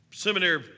seminary